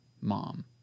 mom